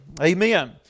Amen